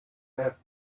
have